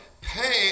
pay